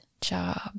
job